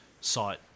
site